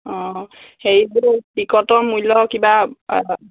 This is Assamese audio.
অঁ হেৰিবোৰ টিকটৰ মূল্য কিবা